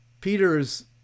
Peter's